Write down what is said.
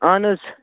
اَہَن حظ